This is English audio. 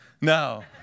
No